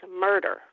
murder